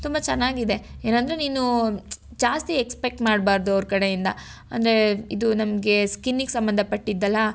ತುಂಬ ಚೆನ್ನಾಗಿದೆ ಏನೆಂದ್ರೆ ನೀನು ಜಾಸ್ತಿ ಎಕ್ಸ್ಪೆಕ್ಟ್ ಮಾಡಬಾರ್ದು ಅವ್ರ ಕಡೆಯಿಂದ ಅಂದರೆ ಇದು ನಮಗ್ ಸ್ಕಿನ್ನಿಗೆ ಸಂಬಂಧಪಟ್ಟಿದ್ದಲ್ಲಾ